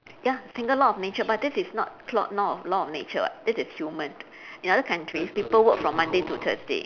ya single law of nature but this is not law law of nature [what] this is human in other countries people work from monday to thursday